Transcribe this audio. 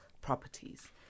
properties